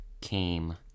came